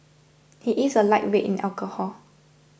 he is a lightweight in alcohol